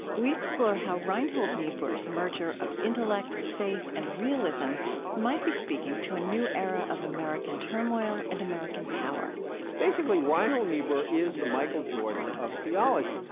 we explore how reinhold niebuhr's merger of intellect, faith, and realism might be speaking to a new era of american turmoil and american power basically reinhold niebuhr is the michael jordan of theology.